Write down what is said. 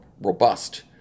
robust